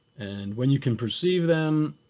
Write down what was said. and when you can perceive them